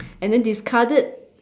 and then discarded